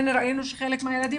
ראינו שחלק מהילדים